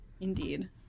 Indeed